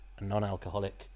non-alcoholic